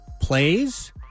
plays